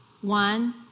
one